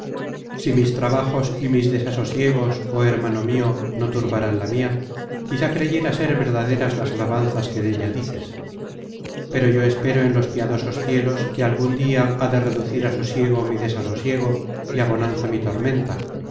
si mis trabajos y mis desasosiegos oh hermano mio no turbaran la mia quizá creyera ser verdaderas las alabanzas que della dices pero yo espero en los piadosos cielos que algun dia ha de reducir á sosiego mi desasosiego y a bonanza mi tormenta